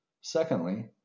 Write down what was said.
Secondly